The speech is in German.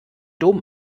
dom